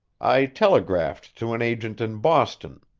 i telegraphed to an agent in boston.